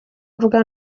mvuga